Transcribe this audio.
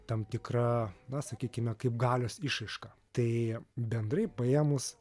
tam tikra na sakykime kaip galios išraiška tai bendrai paėmus